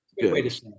good